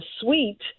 suite